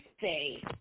say